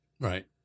Right